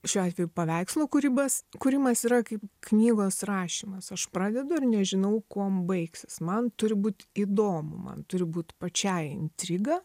šiuo atveju paveikslo kūribas kūrimas yra kaip knygos rašymas aš pradedu ir nežinau kuom baigsis man turi būt įdomu man turi būt pačiai intriga